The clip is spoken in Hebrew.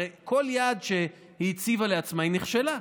הרי בכל יעד שהיא הציבה לעצמה היא נכשלה.